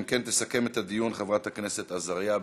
אם כן, תסכם את הדיון חברת הכנסת עזריה.